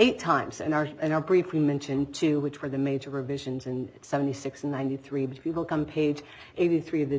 eight times an hour and i'll briefly mention to which were the major provisions in seventy six ninety three people come page eighty three of the